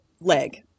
leg